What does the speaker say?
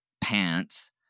pants